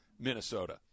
Minnesota